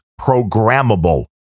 programmable